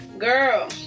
Girl